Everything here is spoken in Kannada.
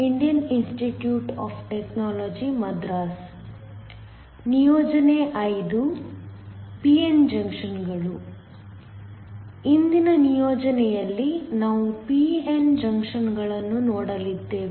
ಇಂದಿನ ನಿಯೋಜನೆಯಲ್ಲಿ ನಾವು p n ಜಂಕ್ಷನ್ಗಳನ್ನು ನೋಡಲಿದ್ದೇವೆ